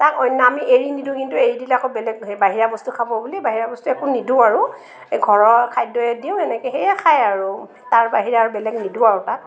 তাক অন্য আমি এৰি নিদিওঁ কিন্তু এৰি দিলে আকৌ বেলেগ বাহিৰা বস্তু খাব বুলি বাহিৰা বস্তু একো নিদিওঁ আৰু এই ঘৰৰ খাদ্যই দিওঁ এনেকৈ সেইয়াই খায় আৰু তাৰ বাহিৰে আৰু বেলেগ নিদিওঁ আৰু তাক